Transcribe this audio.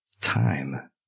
time